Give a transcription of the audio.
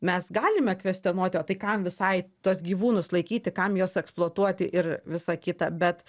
mes galime kvestionuoti o tai kam visai tuos gyvūnus laikyti kam juos eksploatuoti ir visa kita bet